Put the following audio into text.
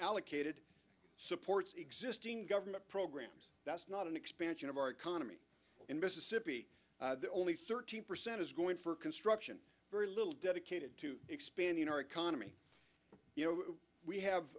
allocated supports existing government programs that's not an expansion of our economy in mississippi only thirty percent is going for construction very little dedicated to expanding our economy you know we have